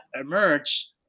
emerge